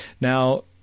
now